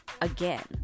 again